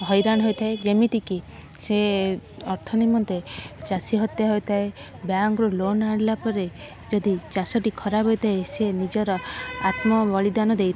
ହଇରାଣ ହୋଇଥାଏ ଯେମିତି କି ସେ ଅର୍ଥ ନିମନ୍ତେ ଚାଷୀ ହତ୍ୟା ହୋଇଥାଏ ବ୍ୟାଙ୍କ୍ରୁ ଲୋନ୍ ଆଣିଲା ପରେ ଯଦି ଚାଷଟି ଖରାପ ହୋଇଥାଏ ସେ ନିଜର ଆତ୍ମବଳିଦାନ ଦେଇଥାଏ